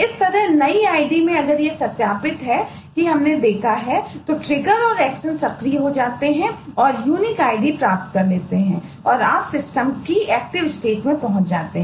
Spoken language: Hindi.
और फिर इस स्थिति से आप सस्पेंड स्टेट में पहुंच जाते हैं